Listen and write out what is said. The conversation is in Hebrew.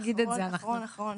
אחד אחראי,